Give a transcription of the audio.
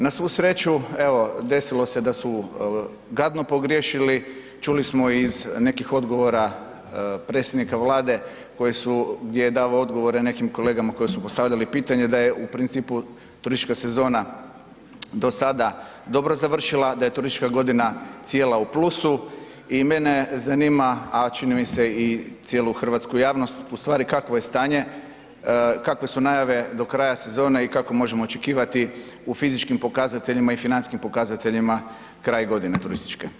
Na svu sreću evo desilo se da su gadno pogriješili, čuli smo iz nekih odgovora predsjednika Vlade, koji su, gdje je davao odgovore nekim kolegama koji su postavljali pitanje da je u principu turistička sezona do sada dobro završila, da je turistička godina cijela u plusu i mene zanima, a čini mi se i cijelu hrvatsku javnost u stvari kakvo je stanje, kakve su najave do kraja sezone i kako možemo očekivati u fizičkim pokazateljima i financijskim pokazateljima kraj godine turističke.